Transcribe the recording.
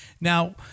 Now